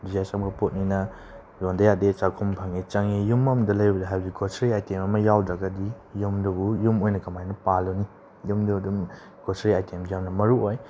ꯅꯨꯡꯇꯤꯖꯥꯒꯤ ꯆꯪꯕ ꯄꯣꯠꯅꯤꯅ ꯌꯣꯟꯗ ꯌꯥꯗꯦ ꯆꯥꯈꯨꯝ ꯐꯪꯉꯦ ꯆꯪꯉꯤ ꯌꯨꯝ ꯑꯃꯗ ꯂꯩꯔꯕꯗꯤ ꯍꯥꯏꯕꯗꯤ ꯒ꯭ꯔꯣꯁꯔꯤ ꯑꯥꯏꯇꯦꯝ ꯑꯃ ꯌꯥꯎꯗ꯭ꯔꯒꯗꯤ ꯌꯨꯝꯗꯨꯕꯨ ꯌꯨꯝ ꯑꯣꯏꯅ ꯀꯃꯥꯏꯅ ꯄꯥꯜꯂꯨꯅꯤ ꯌꯨꯝꯗꯨ ꯑꯗꯨꯝ ꯒ꯭ꯔꯣꯁꯔꯤ ꯑꯥꯏꯇꯦꯝꯁꯦ ꯌꯥꯝꯅ ꯃꯔꯨ ꯑꯣꯏ